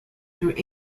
through